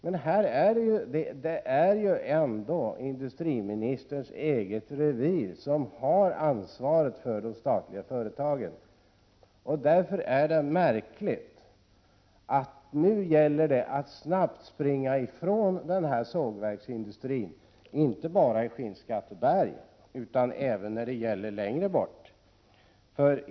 De statliga företagen ligger ju ändå inom industriministerns eget revir, där industriministern har ansvaret. Därför är det märkligt att det nu gäller att snabbt springa ifrån sågverksindustrins problem — inte bara i Skinnskatteberg utan även på andra håll längre bort.